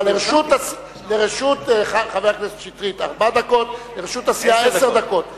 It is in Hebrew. אבל לרשות חבר הכנסת שטרית ארבע דקות ולרשות הסיעה עשר דקות.